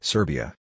Serbia